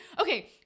Okay